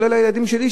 כולל הילדים שלי,